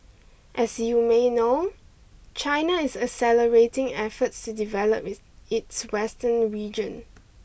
as you may know China is accelerating efforts to develop its western region